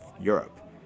Europe